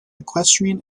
equestrian